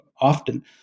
often